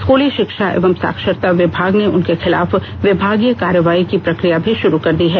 स्कूली शिक्षा एवं साक्षरता विभाग ने उनके खिलाफ विभागीय कार्रवाई की प्रक्रिया भी शुरू कर दी है